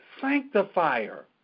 sanctifier